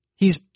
hes